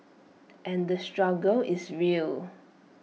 and the struggle is real